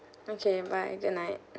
okay bye goodnight